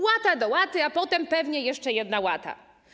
Łata do łaty, a potem pewnie jeszcze jedna łata.